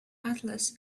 atlas